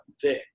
thick